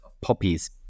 poppies